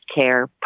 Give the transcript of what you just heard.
care